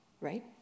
right